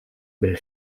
bel